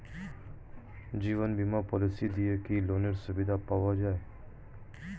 জীবন বীমা পলিসি দিয়ে কি লোনের সুবিধা পাওয়া যায়?